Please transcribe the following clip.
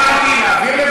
הבנתי.